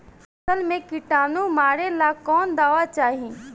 फसल में किटानु मारेला कौन दावा चाही?